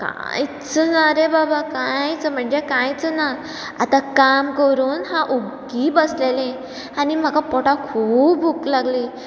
कांयच ना रे बाबा कांयच म्हणजे कांयच ना आतां काम करून हांव ओग्गी बसलेलें आनी म्हाका पोटाक खूब भूक लागली